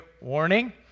warning